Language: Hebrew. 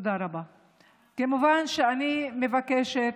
כמובן, אני מבקשת,